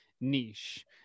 niche